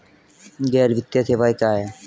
गैर वित्तीय सेवाएं क्या हैं?